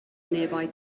nearby